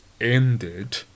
ended